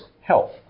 health